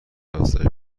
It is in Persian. افزایش